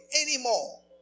anymore